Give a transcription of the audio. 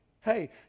Hey